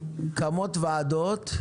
קמות ועדות,